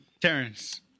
Terrence